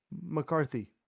McCarthy